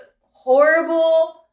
horrible